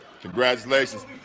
Congratulations